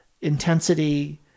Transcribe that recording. intensity